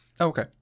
okay